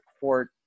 court